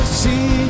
see